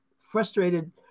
frustrated